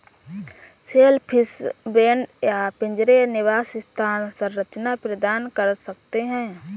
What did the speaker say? shellfish bed या पिंजरे निवास स्थान संरचना प्रदान कर सकते हैं